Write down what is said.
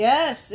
Yes